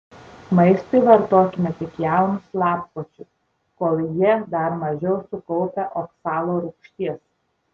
maistui vartokime tik jaunus lapkočius kol jie dar mažiau sukaupę oksalo rūgšties